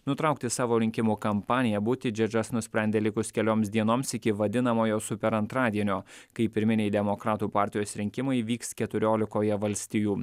nutraukti savo rinkimų kampaniją butidžedžas nusprendė likus kelioms dienoms iki vadinamojo super antradienio kai pirminiai demokratų partijos rinkimai vyks keturiolikoje valstijų